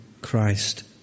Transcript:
Christ